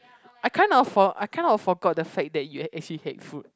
I kind of for~ I kind of forgot the fact that you act~ you actually hate fruit